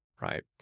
right